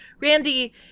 Randy